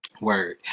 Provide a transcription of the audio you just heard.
Word